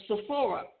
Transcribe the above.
Sephora